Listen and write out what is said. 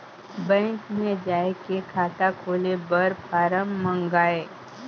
Bank मे जाय के खाता खोले बर फारम मंगाय?